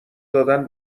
دادن